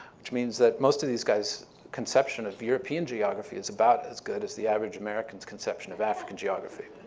which means that most of these guys' conception of european geography is about as good as the average american's conception of african geography.